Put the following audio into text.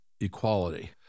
equality